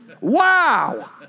Wow